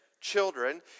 children